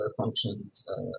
functions